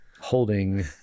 holding